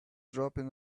dropping